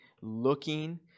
looking